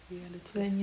realities